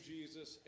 Jesus